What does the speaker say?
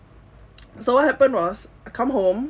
so what happened was I come home